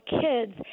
kids